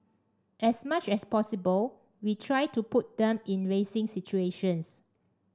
as much as possible we try to put them in racing situations